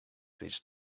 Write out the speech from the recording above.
these